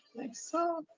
like so.